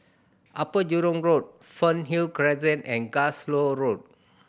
Upper Jurong Road Fernhill Crescent and Glasgow Road